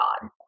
God